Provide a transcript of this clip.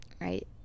right